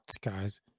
guys